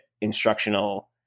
instructional